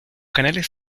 canales